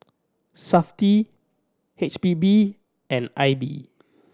Safti H P B and I B